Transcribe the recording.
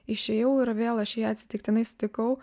išėjau ir vėl aš ją atsitiktinai sutikau